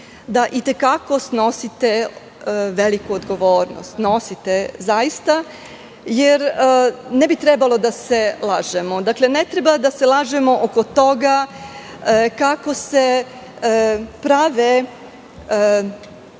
da i te kako snosite veliku odgovornost. Snosite zaista, jer ne bi trebalo da se lažemo. Dakle, ne treba da se lažemo oko toga kako se prave